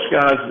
guys